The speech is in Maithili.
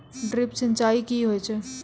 ड्रिप सिंचाई कि होय छै?